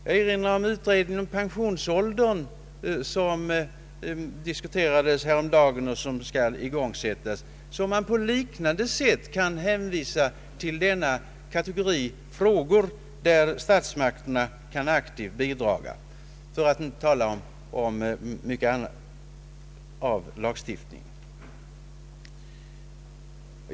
Jag erinrar också om den utredning om pensionsåldern som diskuterades häromdagen och som skall igångsättas. Dessa frågor kan på liknande sätt hänföras till sådana områden där statsmakterna mycket aktivt kan bidraga — för att inte tala om mycket annat i lagstiftningen.